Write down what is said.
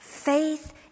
faith